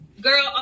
girl